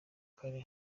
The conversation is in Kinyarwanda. kare